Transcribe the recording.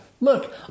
look